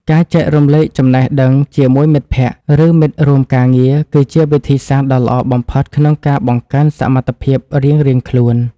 ការចែករំលែកចំណេះដឹងជាមួយមិត្តភក្តិ ឬមិត្តរួមការងារ គឺជាវិធីសាស្ត្រដ៏ល្អបំផុតក្នុងការបង្កើនសមត្ថភាពរៀងៗខ្លួន។